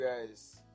guys